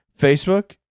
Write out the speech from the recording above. Facebook